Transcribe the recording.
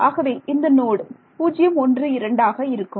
ஆகவே இந்த நோடு 012 ஆக இருக்கும்